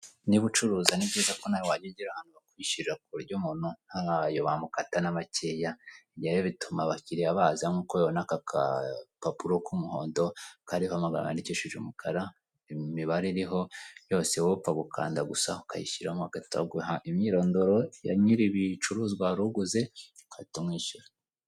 Niba ucuruza ni byiza ko nawe wajya ugira ahantu bakwishyirarira ku buryo umuntu ntayo bamukata n'amakeya, ibyo rero bituma abakiriya baza, nk'uko ubibona aka kapapuro k'umuhondo, kariho amabara yandikishije umukara, imibare iriho yose wowe upfa gukanda gusa ukayishyiramo bagahita baguha imyirondoro ya nyir'ibicuruzwa wari uguze ukatahita umwishyura.